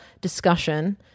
discussion